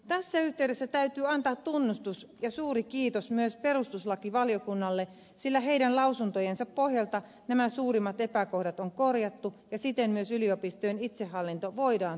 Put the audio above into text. tässä yhteydessä täytyy antaa tunnustus ja suuri kiitos myös perustuslakivaliokunnalle sillä sen lausuntojen pohjalta nämä suurimmat epäkohdat on korjattu ja siten myös yliopistojen itsehallinto voidaan turvata